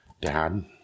Dad